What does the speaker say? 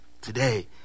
Today